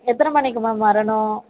எத்தனை மணிக்கு மேம் வரணும்